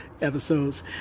episodes